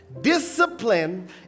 Discipline